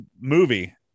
movie